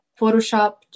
photoshopped